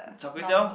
Char-Kway-Teow